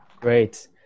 Great